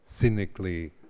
cynically